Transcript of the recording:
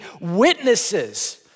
witnesses